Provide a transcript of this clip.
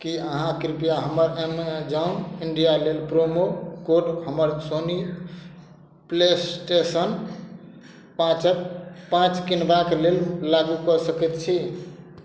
की अहाँ कृपया हमर एमेजॉन इंडिया लेल प्रोमो कोड हमर सोनी प्लेस्टेशन पाँचक पाँच किनबाक लेल लागू कऽ सकैत छी